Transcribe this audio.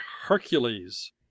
Hercules